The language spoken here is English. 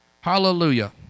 hallelujah